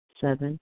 Seven